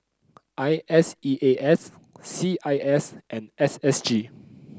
I S E A S C I S and S S G